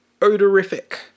Odorific